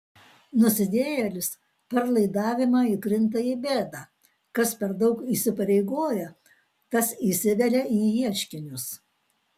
nusidėjėlis per laidavimą įkrinta į bėdą kas per daug įsipareigoja tas įsivelia į ieškinius